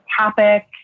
topic